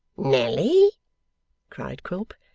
nelly cried quilp.